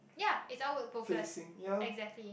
ya it's outward focused exactly